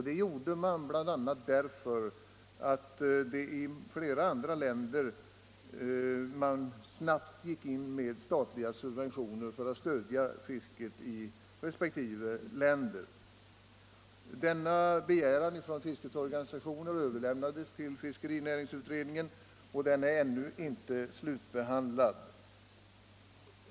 Det gjorde man bl.a. därför att flera andra länders regeringar snabbt gick in med statliga subventioner för att stödja fisket. Denna begäran från fiskets organisationer överlämnades till fiskerinäringsutredningen, och är ännu inte slutbehandlad.